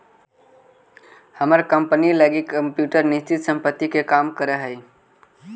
हमर कंपनी लगी कंप्यूटर निश्चित संपत्ति के काम करऽ हइ